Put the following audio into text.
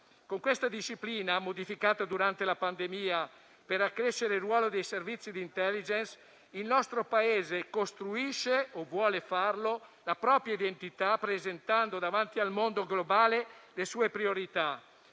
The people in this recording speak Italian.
Con questa disciplina, modificata durante la pandemia per accrescere il ruolo dei servizi di *intelligence,* il nostro Paese costruisce - o vuole farlo - la propria identità, presentando davanti al mondo globale le sue priorità,